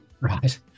Right